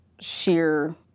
sheer